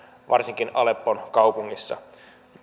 varsinkin aleppon kaupungissa